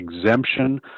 exemption